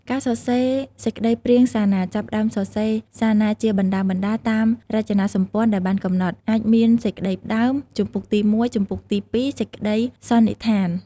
ការសរសេរសេចក្តីព្រាងសារណា ចាប់ផ្តើមសរសេរសារណាជាបណ្តើរៗ តាមរចនាសម្ព័ន្ធដែលបានកំណត់ អាចមាន សេចក្តីផ្តើម ជំពូកទី១ ជំពូកទី២... សេចក្តីសន្និដ្ឋាន។